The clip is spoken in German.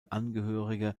angehörige